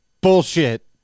bullshit